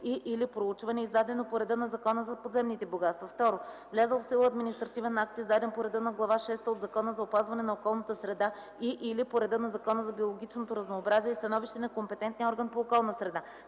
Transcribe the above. и/или проучване, издадено по реда на Закона за подземните богатства; 2. влязъл в сила административен акт, издаден по реда на Глава шеста от Закона за опазване на околната среда и/или по реда на Закона за биологичното разнообразие и становище на компетентния орган по околна среда;